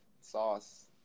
sauce